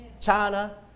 China